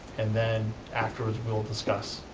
and then afterwards we'll discuss,